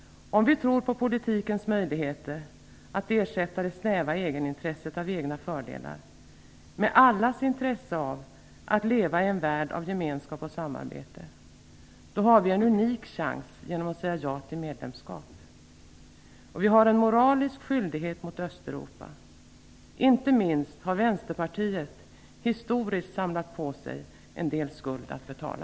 Om vi tror på politikens möjligheter att ersätta det snäva egenintresset av egna fördelar med allas intresse av att leva i en värld av gemenskap och samarbete har vi nu en unik chans genom att säga ja till medlemskap. Vi har en moralisk skyldighet gentemot Östeuropa. Inte minst Vänsterpartiet har historiskt samlat på sig en del skuld att betala.